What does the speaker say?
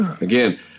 again